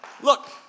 Look